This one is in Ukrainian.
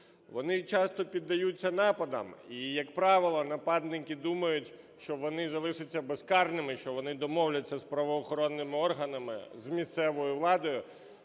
Вони часто піддаються нападам, і, як правило, нападники думають, що вони залишаться безкарними, що вони домовляться з правоохоронними органами, з місцевою владою.